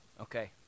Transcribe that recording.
Okay